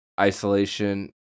isolation